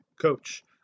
coach